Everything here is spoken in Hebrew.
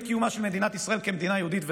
קיומה של מדינת ישראל כמדינה יהודית ודמוקרטית,